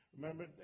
Remember